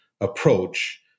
approach